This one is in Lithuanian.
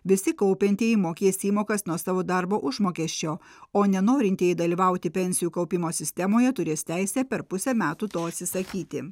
visi kaupiantieji mokės įmokas nuo savo darbo užmokesčio o nenorintieji dalyvauti pensijų kaupimo sistemoje turės teisę per pusę metų to atsisakyti